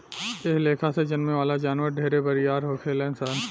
एह लेखा से जन्में वाला जानवर ढेरे बरियार होखेलन सन